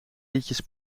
liedjes